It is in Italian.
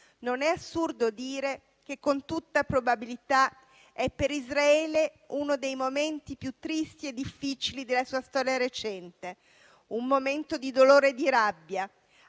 Non è assurdo dire che con tutta probabilità è per Israele uno dei momenti più tristi e difficili della sua storia recente, un momento di dolore e di rabbia